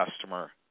customer